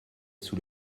sous